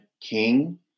king